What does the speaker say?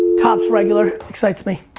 topps regular excites me.